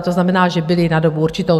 To znamená, že byla na dobu určitou.